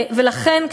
ולכן,